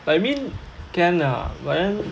like I mean can ah but then